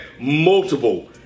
multiple